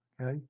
okay